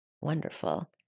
wonderful